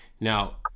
Now